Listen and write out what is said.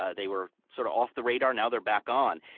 ah they were sort of off the radar, now they're back on.